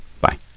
Bye